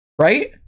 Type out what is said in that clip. Right